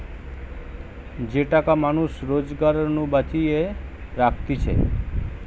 যে টাকা মানুষ রোজগার নু বাঁচিয়ে রাখতিছে